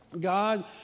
God